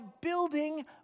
building